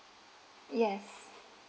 yes